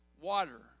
water